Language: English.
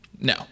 No